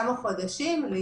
של פקחים ביחס למספר השוטרים.